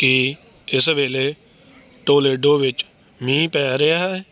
ਕੀ ਇਸ ਵੇਲੇ ਟੋਲੇਡੋ ਵਿੱਚ ਮੀਂਹ ਪੈ ਰਿਹਾ ਹੈ